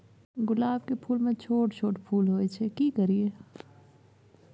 गुलाब के फूल में छोट छोट फूल होय छै की करियै?